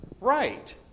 right